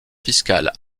fiscales